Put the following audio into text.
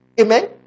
Amen